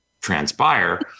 transpire